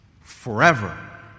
forever